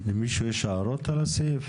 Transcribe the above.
למישהו יש הערות על הסעיף?